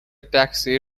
taxi